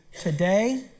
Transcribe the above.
Today